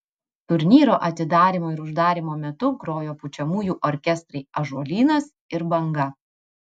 turnyro atidarymo ir uždarymo metu grojo pučiamųjų orkestrai ąžuolynas ir banga